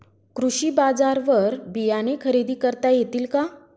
कृषी बाजारवर बियाणे खरेदी करता येतील का?